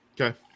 Okay